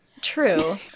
True